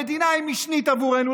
המדינה היא משנית עבורנו,